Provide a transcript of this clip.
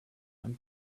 and